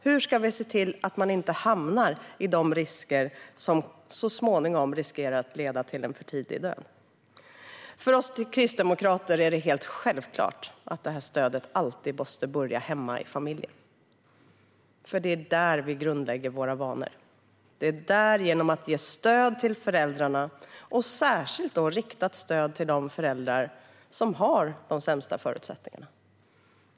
Hur ska vi se till att man inte hamnar i de risker som så småningom riskerar att leda till en för tidig död? För oss kristdemokrater är det helt självklart att stödet alltid måste börja hemma i familjen, för det är där vi grundlägger våra vanor. Stöd ska ges till föräldrarna, och ett särskilt riktat stöd ska ges till de föräldrar som har de sämsta förutsättningarna.